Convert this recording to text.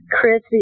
Chris